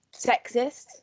sexist